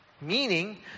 Meaning